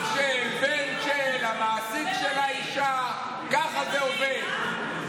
אח של, בן של, המעסיק של האישה, ככה זה עובד.